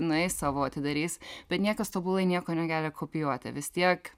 nueis savo atidarys bet niekas tobulai nieko negali kopijuoti vis tiek